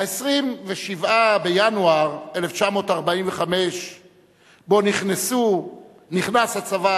27 בינואר 1945 הוא היום שבו נכנס הצבא